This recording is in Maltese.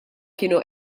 kienu